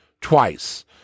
Twice